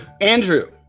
Andrew